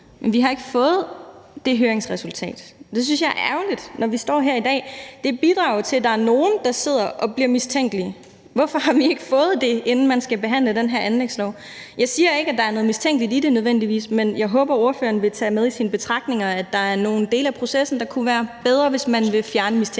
selv om høringen jo er afsluttet. Det synes jeg er ærgerligt, når vi står her i dag. Det bidrager til, at der er nogle, der sidder og bliver mistænkelige. Hvorfor har vi ikke fået det, inden vi skal behandle den her anlægslov? Jeg siger ikke, at der er noget mistænkeligt i det, nødvendigvis, men jeg håber, at ordføreren vil tage med i sine betragtninger, at der er nogle dele af processen, der kunne være bedre, hvis man ville fjerne mistænkeligheden.